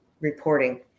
reporting